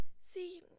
See